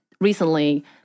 recently